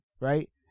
right